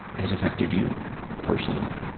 has affected you personally.